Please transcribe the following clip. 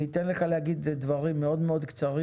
אני אתן לך להגיד דברים מאוד קצרים,